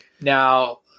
Now